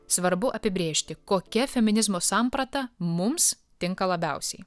svarbu apibrėžti kokia feminizmo samprata mums tinka labiausiai